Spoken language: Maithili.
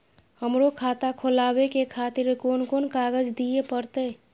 हमरो खाता खोलाबे के खातिर कोन कोन कागज दीये परतें?